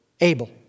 Abel